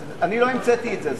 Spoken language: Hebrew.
אני לא המצאתי את זה,